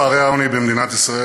פערי העוני במדינת ישראל,